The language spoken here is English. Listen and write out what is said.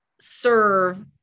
serve